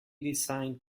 designed